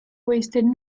wasted